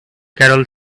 carol